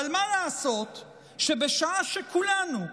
אבל מה לעשות שבשעה שכולנו,